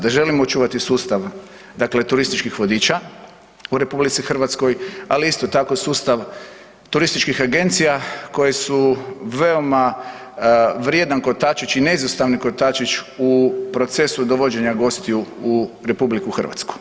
Da želimo očuvati sustav dakle turističkih vodiča u RH, ali isto tako sustav turističkih agencija koje su veoma vrijedan kotačić i neizostavni kotačić u procesu dovođenja gostiju u RH.